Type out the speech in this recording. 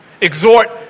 Exhort